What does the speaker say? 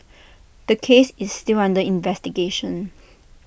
the case is still under investigation